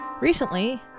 Recently